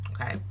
Okay